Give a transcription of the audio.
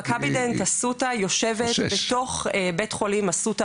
"מכבי דנט" אסותא יושבת בתוך בית חולים אסותא